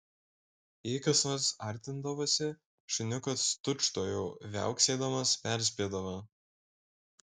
jei kas nors artindavosi šuniukas tučtuojau viauksėdamas perspėdavo